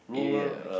area